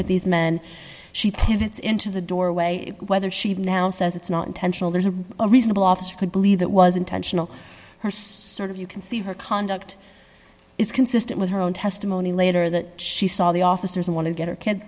with these men she pivots into the doorway whether she now says it's not intentional there's a reasonable officer could believe that was intentional her sort of you can see her conduct is consistent with her own testimony later that she saw the officers want to get her kid